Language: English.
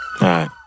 right